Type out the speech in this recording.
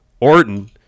Orton